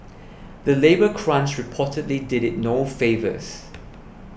the labour crunch reportedly did it no favours